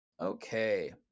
Okay